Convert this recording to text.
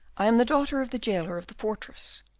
i am the daughter of the jailer of the fortress.